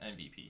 MVP